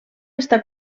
està